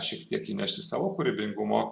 šiek tiek įnešti savo kūrybingumo